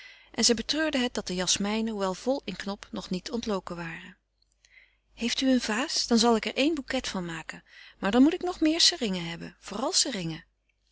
en zij betreurde het dat de jasmijnen hoewel vol in knop nog niet ontloken waren heeft u een vaas dan zal ik er een bouquet van maken maar dan moet ik nog meer seringen hebben vooral seringen